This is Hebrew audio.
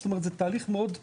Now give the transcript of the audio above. זאת אומרת זה תהליך מאוד אישי.